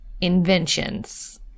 inventions